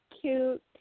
cute